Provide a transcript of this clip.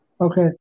Okay